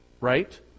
right